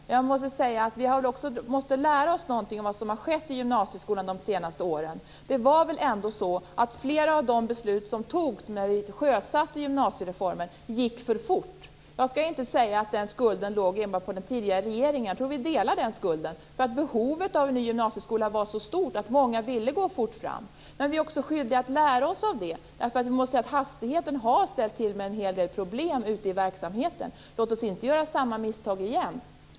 Men vi måste också lära oss något om vad som har skett i gymnasieskolan de senaste åren. Det var väl ändå så att flera av de beslut som fattades när vi sjösatte gymnasiereformen gick för fort. Jag skall inte säga att skulden enbart ligger på den tidigare regeringen. Jag tror att vi delar skulden. Behovet av en ny gymnasieskola var så stort att många ville gå fort fram. Men vi är också skyldiga att lära oss av detta. Hastigheten har ställt till med en hel del problem ute i verksamheten. Låt oss inte göra samma misstag igen.